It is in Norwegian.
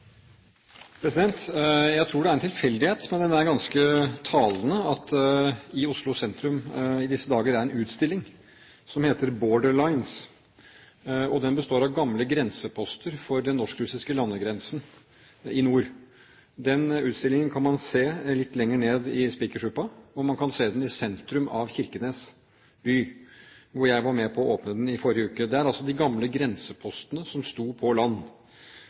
Jeg tror det er en tilfeldighet, men den er ganske talende, at det i Oslo sentrum i disse dager er en utstilling som heter Borderlines, og den består av gamle grenseposter for den norsk-russiske landegrensen i nord. Den utstillingen kan man se litt lenger ned, i Spikersuppa, og man kan se den i sentrum av Kirkenes by, hvor jeg var med på å åpne den i forrige uke. Det er altså de gamle grensepostene som sto på land.